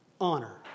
honor